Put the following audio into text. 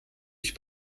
ich